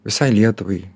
visai lietuvai